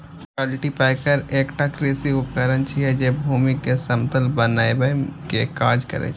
cultipacker एकटा कृषि उपकरण छियै, जे भूमि कें समतल बनबै के काज करै छै